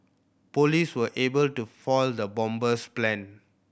police were able to foil the bomber's plan